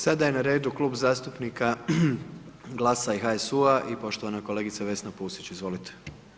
Sada je na redu Klub zastupnika GLAS-a i HSU-a i poštovana kolegica Vesna Pusić, izolite.